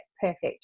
perfect